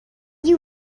you